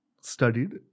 studied